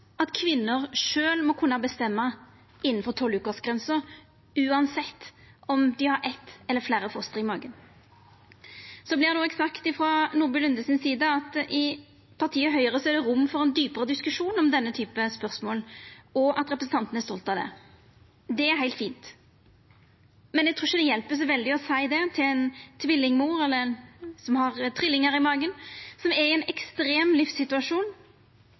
at kvinner sjølve må kunna bestemma innanfor tolvvekersgrensa, uansett om dei har eitt eller fleire foster i magen. Det vert òg sagt frå Nordby Lunde si side at i partiet Høgre er det rom for ein djupare diskusjon av denne typen spørsmål, og at representanten er stolt av det. Det er heilt fint, men eg trur ikkje det hjelper så veldig å seia det til ei tvillingmor eller til ei som har trillingar i magen, som er i ein ekstrem livssituasjon,